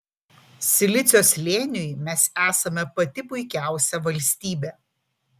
silicio slėniui mes esame pati puikiausia valstybė